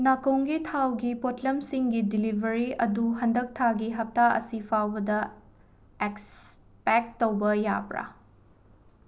ꯅꯥꯀꯣꯡꯒꯤ ꯊꯥꯎꯒꯤ ꯄꯣꯠꯂꯝꯁꯤꯡꯒꯤ ꯗꯤꯂꯤꯕꯔꯤ ꯑꯗꯨ ꯍꯟꯗꯛ ꯊꯥꯒꯤ ꯍꯞꯇꯥ ꯑꯁꯤꯐꯥꯎꯕꯗ ꯑꯦꯛꯁꯄꯦꯛ ꯇꯧꯕ ꯌꯥꯕ꯭ꯔꯥ